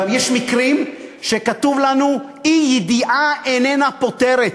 יש מקרים שכתוב לנו: אי-ידיעה אינה פוטרת.